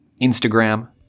Instagram